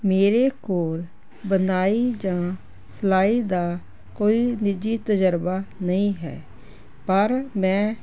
ਮੇਰੇ ਕੋਲ ਬੁਣਾਈ ਜਾਂ ਸਿਲਾਈ ਦਾ ਕੋਈ ਨਿੱਜੀ ਤਜ਼ਰਬਾ ਨਹੀਂ ਹੈ ਪਰ ਮੈਂ